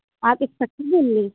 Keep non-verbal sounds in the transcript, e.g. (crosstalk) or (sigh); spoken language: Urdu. آپ اِس (unintelligible) سے بول رہی